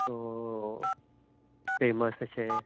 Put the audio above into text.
so famous अशें